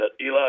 Eli